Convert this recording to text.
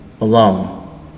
alone